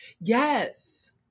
Yes